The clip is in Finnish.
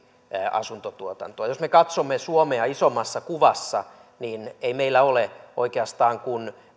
asuntotuotantoa jos me katsomme suomea isommassa kuvassa niin ei meillä ole oikeastaan kuin